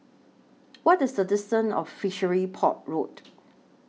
What IS The distance of Fishery Port Road